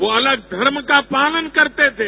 वो अलग धर्म का पालन करते थे